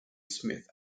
smith